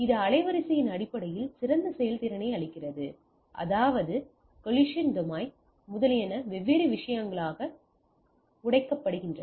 இது அலைவரிசையின் அடிப்படையில் சிறந்த செயல்திறனை அளிக்கிறது அதாவது கொல்லிஸின் டொமைன் முதலியன வெவ்வேறு விஷயங்களாக உடைக்கப்படுகின்றன